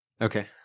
Okay